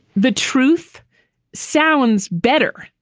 the truth sounds better,